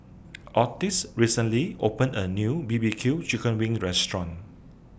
Ottis recently opened A New B B Q Chicken Wings Restaurant